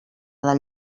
del